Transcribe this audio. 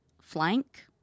flank